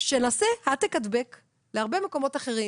שנעשה העתק-הדבק להרבה מקומות אחרים.